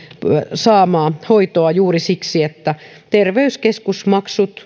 saamaa hoitoa juuri siksi että terveyskeskusmaksut niin